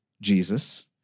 Jesus